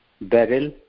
beryl